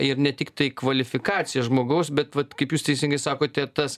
ir ne tiktai kvalifikacija žmogaus bet vat kaip jūs teisingai sakote tas